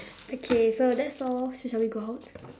okay so that's all sh~ shall we go out